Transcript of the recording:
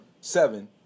Seven